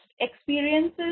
experiences